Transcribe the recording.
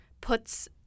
puts